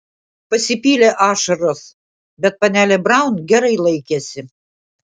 pasipylė ašaros bet panelė braun gerai laikėsi